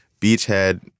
Beachhead